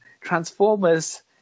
Transformers